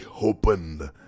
opened